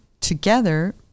together